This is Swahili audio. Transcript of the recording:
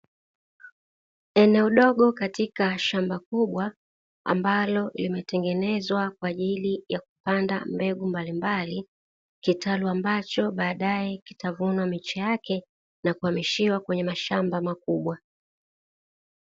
Eneo dogo katika shamba kubwa ambalo limetengenezwa kwa ajili ya kupanda mbegu mbalimbali, kitalu ambacho baadaye kitavunwa miche yake na kuhamishiwa kwenye mashamba makubwa.